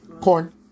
corn